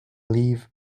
leave